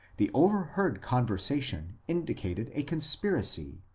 the over heard conversation indicated a conspiracy,